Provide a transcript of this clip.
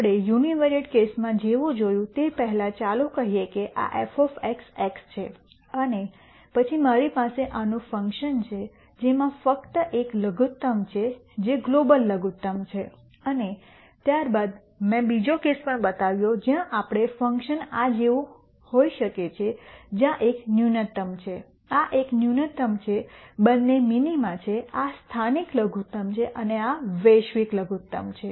આપણે યુનિવેરિયેટ કેસમાં જેવું જોયું તે પહેલાં ચાલો કહીએ કે આ f x છે અને પછી મારી પાસે આનું ફંક્શન છે જેમાં ફક્ત એક લઘુત્તમ છે જે ગ્લોબલ લઘુત્તમ છે અને ત્યારબાદ મેં બીજો કેસ પણ બતાવ્યો જ્યાં આપણે ફંક્શન આ જેવું હોઈ શકે છે જ્યાં આ એક ન્યૂનતમ છે આ એક ન્યૂનતમ છે બંને મિનિમા છે આ સ્થાનિક લઘુત્તમ છે અને આ વૈશ્વિક લઘુત્તમ છે